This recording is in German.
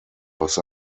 was